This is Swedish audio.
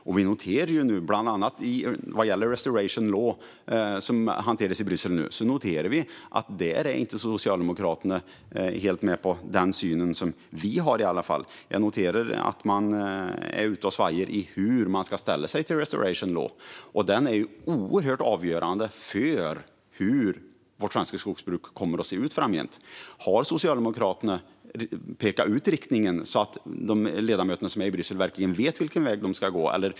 Men vad gäller bland annat Restoration Law, som hanteras i Bryssel nu, noterar vi att Socialdemokraterna inte är helt med på den syn som vi har. Jag noterar att man svajar i sin inställning till Restoration Law, som är oerhört avgörande för hur vårt svenska skogsbruk kommer att se ut framgent. Har Socialdemokraterna pekat ut riktningen, så att ledamöterna i Bryssel verkligen vet vilken väg de ska gå?